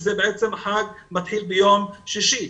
החג מתחיל ביום שישי.